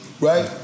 right